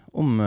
om